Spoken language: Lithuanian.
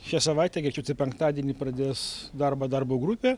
šią savaitę greičiausiai penktadienį pradės darbą darbo grupė